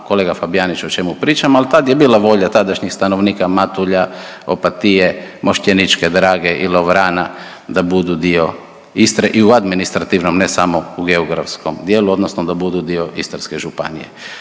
kolega Fabijanić o čemu pričam, al taj je bila volja tadašnjih stanovnika Matulja, Opatije, Mošćeničke Drage i Lovrana da budu dio Istre i u administrativnom, ne samo u geografskom dijelu odnosno da budu dio Istarske županije.